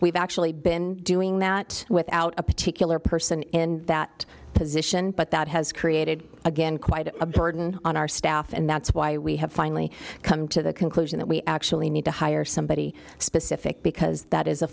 we've actually been doing that without a particular person in that position but that has created again quite a burden on our staff and that's why we have finally come to the conclusion that we actually need to hire somebody specific because that is a